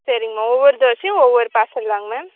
சரிங்கமா ஒவ்வொரு தோசையும் ஒவ்வொரு பார்சல்தாங்க மேம்